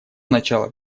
начала